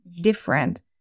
different